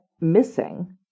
missing